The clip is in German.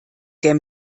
der